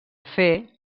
fer